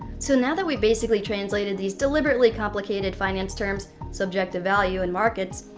so now that we've basically translated these deliberately complicated finance terms, subjective value and markets,